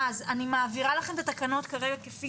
אז אני מעבירה לכם כרגע את התקנות כפי